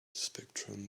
spectrum